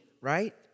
right